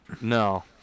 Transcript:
No